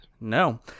No